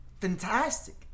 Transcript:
Fantastic